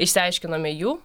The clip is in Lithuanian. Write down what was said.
išsiaiškinome jų